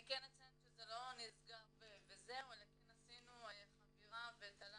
אני אציין שזה לא נסגר וזהו, אלא עשינו חבירה וטלל